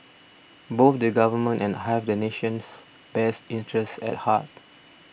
both the Government and have the nation's best interest at heart